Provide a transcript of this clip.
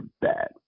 bad